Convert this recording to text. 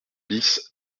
bis